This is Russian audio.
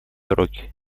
уроки